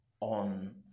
on